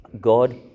God